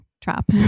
trap